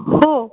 हो